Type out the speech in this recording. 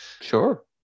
Sure